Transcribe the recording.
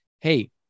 Hey